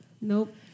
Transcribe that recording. Nope